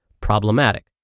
problematic